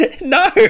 No